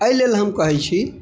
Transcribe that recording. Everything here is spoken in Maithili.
एहि लेल हम कहै छी